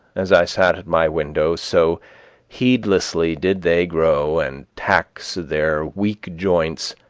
as i sat at my window, so heedlessly did they grow and tax their weak joints,